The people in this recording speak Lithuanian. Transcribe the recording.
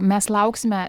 mes lauksime